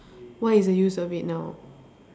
what is the use of it now